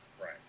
Right